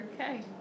okay